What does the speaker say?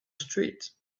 street